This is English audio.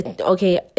okay